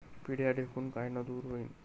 पिढ्या ढेकूण कायनं दूर होईन?